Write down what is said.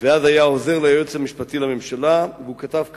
ואז היה העוזר ליועץ המשפטי לממשלה, והוא כתב כך: